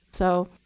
so